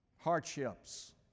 Hardships